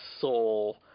soul